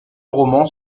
romans